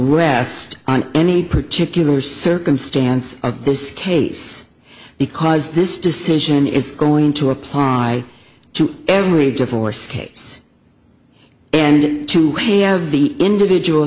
rest on any particular circumstance of this case because this decision is going to apply to every divorce case and two of the individual